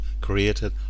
created